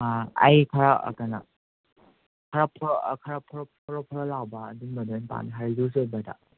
ꯑꯩ ꯈꯔ ꯀꯩꯅꯣ ꯈꯔ ꯈꯔ ꯐꯣꯔꯣ ꯐꯣꯔꯣ ꯐꯣꯔꯣ ꯂꯥꯎꯕ ꯑꯗꯨꯒꯨꯝꯕꯗꯣ ꯑꯣꯏꯅ ꯄꯥꯝꯃꯦ ꯍꯔꯗꯤꯁ ꯑꯣꯏꯕꯗ